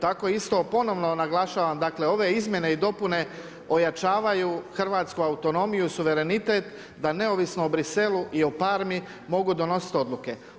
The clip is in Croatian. Tako isto ponovno naglašavam dakle, ove izmjene i dopune ojačavaju hrvatsku autonomiju, suverenitet da neovisno o Briselu i o Parmi mogu donositi odluke.